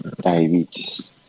diabetes